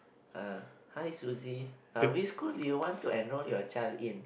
uh hi Suzy uh which school do you want to enrol your child in